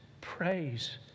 praise